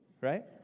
Right